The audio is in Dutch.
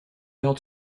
had